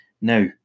now